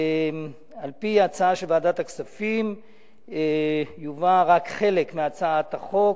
על-פי ההצעה של ועדת הכספים יובא רק חלק מהצעת החוק.